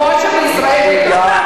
כמו שבישראל ביתנו,